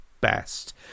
best